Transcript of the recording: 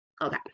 okay